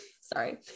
sorry